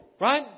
Right